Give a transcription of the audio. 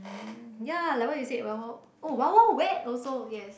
ya like what you said wild wild oh Wild-Wild-Wet also yes